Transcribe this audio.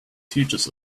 teaches